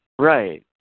Right